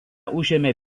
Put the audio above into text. užėmė